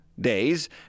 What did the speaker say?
days